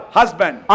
husband